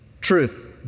Truth